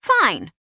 Fine